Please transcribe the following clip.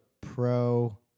pro